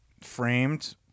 framed